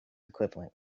equivalent